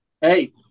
Hey